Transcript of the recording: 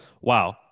wow